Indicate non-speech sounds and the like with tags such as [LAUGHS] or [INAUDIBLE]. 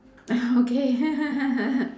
[LAUGHS] okay [LAUGHS]